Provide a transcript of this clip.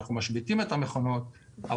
אנחנו משביתים את המכונות,